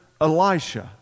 Elisha